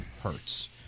Hurts